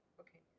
okay